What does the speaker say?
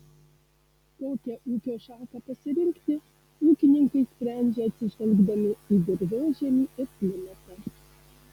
kokią ūkio šaką pasirinkti ūkininkai sprendžia atsižvelgdami į dirvožemį ir klimatą